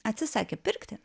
atsisakė pirkti